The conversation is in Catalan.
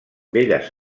belles